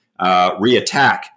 reattack